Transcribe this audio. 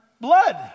blood